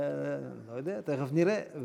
לא יודע, תכף נראה.